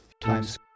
Times